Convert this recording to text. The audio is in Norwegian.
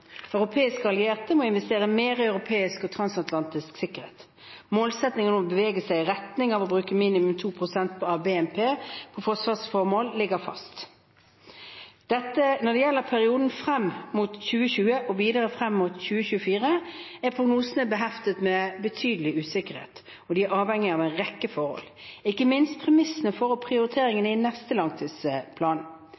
Europeiske allierte må investere mer i europeisk og transatlantisk sikkerhet. Målsettingen om å bevege seg i retning av å bruke minimum 2 pst. av BNP på forsvarsformål ligger fast. Når det gjelder perioden frem mot 2020, og videre frem mot 2024, er prognosene beheftet med betydelig usikkerhet, og de avhenger av en rekke forhold, ikke minst premissene for